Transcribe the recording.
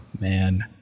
man